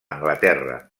anglaterra